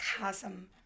chasm